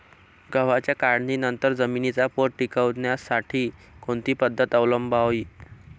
गव्हाच्या काढणीनंतर जमिनीचा पोत टिकवण्यासाठी कोणती पद्धत अवलंबवावी?